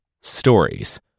stories